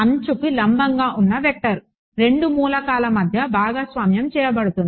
అంచుకు లంబంగా ఉన్న వెక్టర్ 2 మూలకాల మధ్య భాగస్వామ్యం చేయబడుతుంది